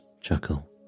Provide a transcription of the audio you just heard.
chuckle